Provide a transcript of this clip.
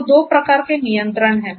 तो दो प्रकार के नियंत्रण हैं